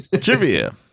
Trivia